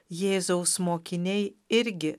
jėzaus mokiniai irgi